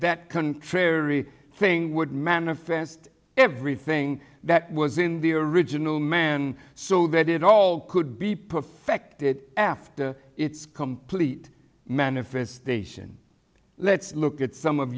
contrary thing would manifest everything that was in the original man so that it all could be perfected after it's complete manifestation let's look at some of